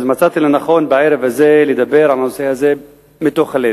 אז מצאתי לנכון בערב הזה לדבר על הנושא הזה מתוך הלב,